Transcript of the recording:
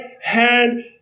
hand